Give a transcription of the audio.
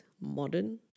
modern